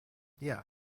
yeah